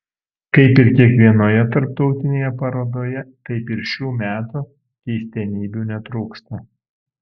kaip ir kiekvienoje tarptautinėje parodoje taip ir šių metų keistenybių netrūksta